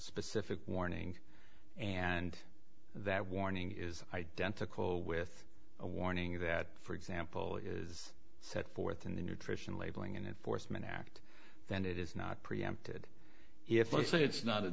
specific warning and that warning is identical with a warning that for example is set forth in the nutrition labeling and enforcement act then it is not preempted if i say it's not